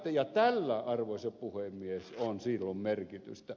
tällä arvoisa puhemies on silloin merkitystä